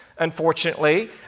unfortunately